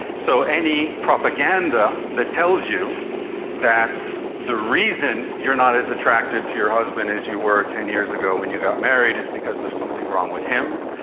so any propaganda that tells you that the reason you're not as attracted to your husband as you were ten years ago when you got married is because there's something wrong with him,